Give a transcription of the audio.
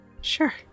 Sure